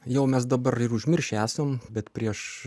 jau mes dabar ir užmiršę esam bet prieš